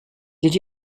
did